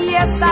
Yes